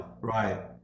Right